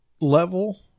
level